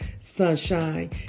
Sunshine